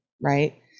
right